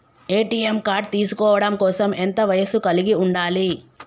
ATM card తీసుకోవడం కోసం ఎంత వయస్సు కలిగి ఉండాలి?